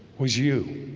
was you